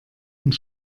und